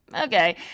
okay